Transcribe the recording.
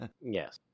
Yes